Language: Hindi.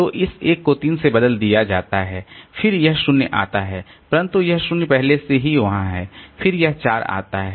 तो इस 1 को 3 से बदल दिया जाता है फिर यह 0 आता है परंतु यह 0 पहले से ही वहां है फिर यह 4 आता है